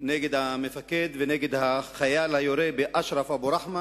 נגד המפקד ונגד החייל היורה באשרף אבו-רחמה